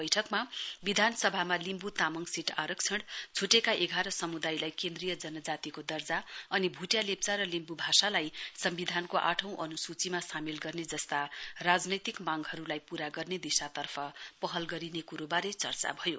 बैठकमा विधानसभामा लिम्ब् तामाङ सीट आरक्षण छ्रटेका एघार समुदायलाई केन्द्रीय जनजातिको दर्जा अनि भुटिया लेप्चा र लिम्बु भाषालाई सम्बन्धानको आठौं अनुसूचीमा सामेल गर्ने राजनैतिक मागहरूलाई पूरा गर्ने दिशातर्फ पहल गरिने कुरोबारे चर्चा भयो